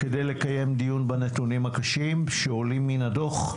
כדי לקיים דיון בנתונים הקשים שעולים מן הדוח,